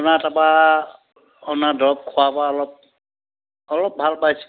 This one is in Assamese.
আপোনাৰ তাপা অনা দৰৱ খোৱাপা অলপ অলপ ভাল পাইছোঁ